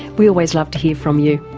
we always love to hear from you.